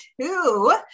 two